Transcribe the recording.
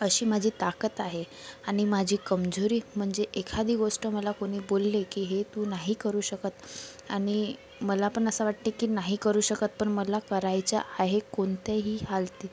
अशी माझी ताकद आहे आणि माझी कमजोरी म्हणजे एखादी गोष्ट मला कोणी बोलली की हे तू नाही करू शकत आणि मला पण असं वाटते की नाही करू शकत पण मला करायचं आहे कोणतेही हालतीत